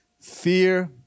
fear